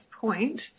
point